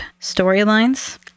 storylines